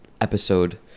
episode